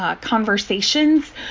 conversations